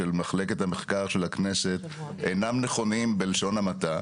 של מחלקת המחקר של הכנסת אינם נכונים בלשון המעטה.